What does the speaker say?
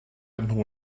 nhw